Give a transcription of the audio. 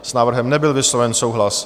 S návrhem nebyl vysloven souhlas.